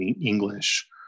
English